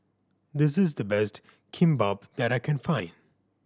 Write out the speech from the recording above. this is the best Kimbap that I can find